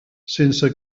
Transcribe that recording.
sense